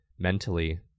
mentally